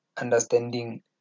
understanding